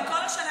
אני כל השנה,